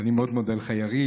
אני מאוד מודה לך, יריב.